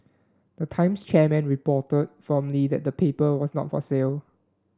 the Times chairman firmly that the paper was not for sale